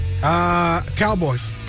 Cowboys